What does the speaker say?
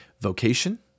vocation